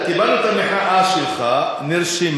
הצעת חוק לתיקון פקודת בתי-הסוהר (מס' 45)